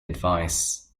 advice